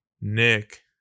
Nick